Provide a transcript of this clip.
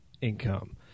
income